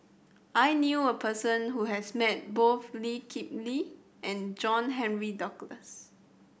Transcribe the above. I knew a person who has met both Lee Kip Lee and John Henry Duclos